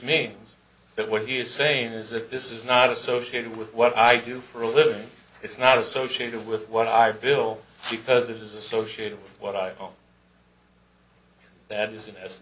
means that what you're saying is if this is not associated with what i do for a living it's not associated with what i feel the first is associated with what i own that isn't as